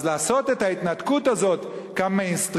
אז לעשות את ההתנתקות הזאת כ"מיינסטרים",